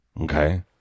Okay